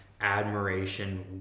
admiration